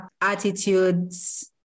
attitudes